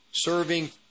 serving